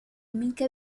منك